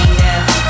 now